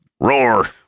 roar